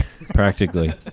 Practically